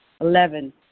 Eleven